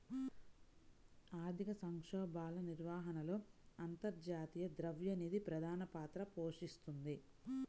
ఆర్థిక సంక్షోభాల నిర్వహణలో అంతర్జాతీయ ద్రవ్య నిధి ప్రధాన పాత్ర పోషిస్తోంది